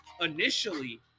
initially